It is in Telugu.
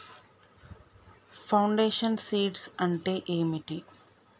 ఫౌండేషన్ సీడ్స్ అంటే ఏంటి?